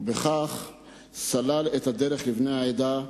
ובכך סלל את הדרך לבני העדה,